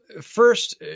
first